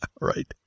Right